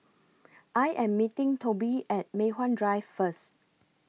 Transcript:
I Am meeting Tobi At Mei Hwan Drive First